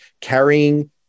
carrying